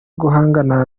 guhangana